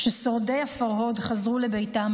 כששורדי הפרהוד חזרו לביתם,